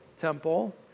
temple